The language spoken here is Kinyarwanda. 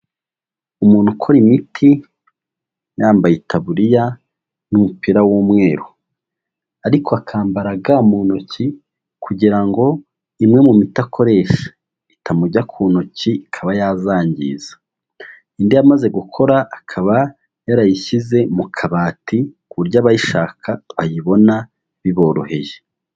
Umuntu ukora imiti yambaye itaburiya n'umupira w'umweru, ariko akambara ga mu ntoki kugira ngo imwe mu miti akoresha itamujya ku ntoki ikaba yazangiza, indi yamaze gukora akaba yarayishyize mu kabati, ku buryo abayishaka bayibona biboroheye.